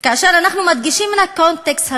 כאשר אנחנו מדגישים את הקונטקסט הזה,